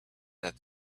that